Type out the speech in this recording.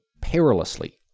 perilously